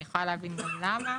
ואני יכולה להבין גם למה,